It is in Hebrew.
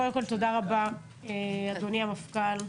קודם כל תודה רבה אדוני המפכ"ל,